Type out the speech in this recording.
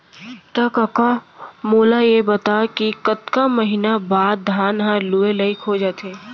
त कका मोला ये बता कि कतका महिना बाद धान ह लुए लाइक हो जाथे?